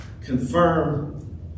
confirm